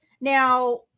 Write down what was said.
now